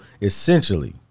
essentially